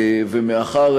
ומאחר,